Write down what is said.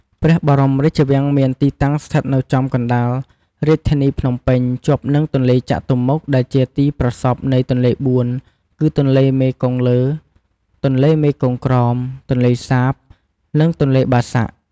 ព្រះបរមរាជវាំងមានទីតាំងស្ថិតនៅចំកណ្ដាល រាជធានីភ្នំពេញ ជាប់នឹងទន្លេចតុមុខ ដែលជាទីប្រសព្វនៃទន្លេបួនគឺ ទន្លេមេគង្គលើ ទន្លេមេគង្គក្រោម ទន្លេសាប និងទន្លេបាសាក់។